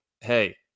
hey